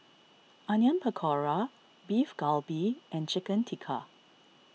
Onion Pakora Beef Galbi and Chicken Tikka